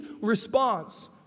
response